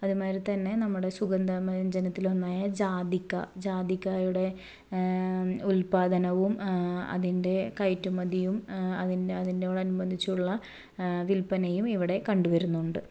അതുമാതിരി തന്നെ നമ്മുടെ സുഗന്ധ വ്യഞ്ജനത്തിൽ ഒന്നായ ജാതിക്ക ജാതിക്കായുടെ ഉൽപാദനവും അതിൻ്റെ കയറ്റുമതിയും അതിൻ്റെ അതിനോട് അനുബന്ധിച്ചുള്ള വിൽപ്പനയും ഇവിടെ കണ്ടുവരുന്നുണ്ട്